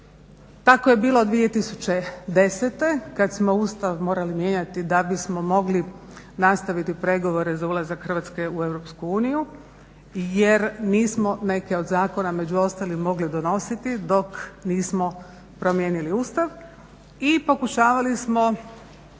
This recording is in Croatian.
Tako je bilo 2010.kada smo Ustav morali mijenjati da bismo mogli nastaviti pregovore za ulazak Hrvatske u EU jer nismo neke od zakona među ostalim mogli donositi dok nismo promijenili Ustav i pokušavali smo mi